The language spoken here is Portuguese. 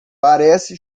parece